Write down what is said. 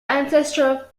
ancestor